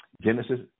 Genesis